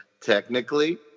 Technically